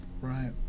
Right